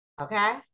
Okay